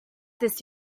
this